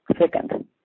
Second